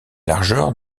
largeur